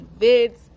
Vids